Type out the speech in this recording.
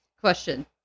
Question